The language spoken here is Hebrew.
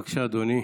בבקשה, אדוני,